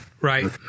Right